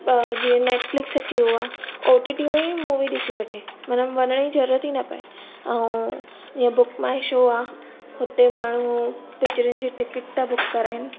ॿ जीअं नैटफ्लिक्स अची वियो आहे ओ टी टी में ई मूवी ॾिसी वठे मतिलबु वञण जी ज़रूरत ई न पए ऐं जीअं बुक माय शो आहे उते माण्हू पिकिचरुनि जी टिकट था बुक कराइनि